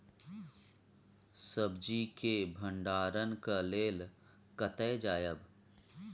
सब्जी के भंडारणक लेल कतय जायब?